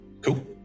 Cool